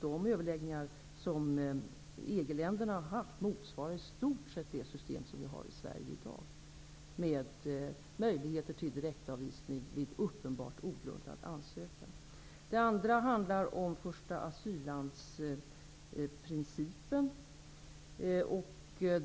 De överläggningar som EG länderna har haft motsvarar i stort sett det system som vi i dag har i Sverige, nämligen möjlighet till direktavvisning vid uppenbart ogrundad ansökan. Å andra sidan handlar det om principen om första asylland,